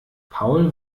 paul